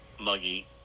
muggy